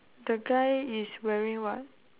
the guy is wearing what